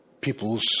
peoples